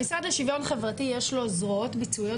למשרד לשוויון חברתי יש זרועות ביצועיות